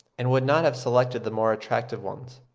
and would not have selected the more attractive ones.